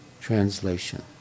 Translation